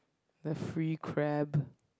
very free crap